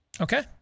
Okay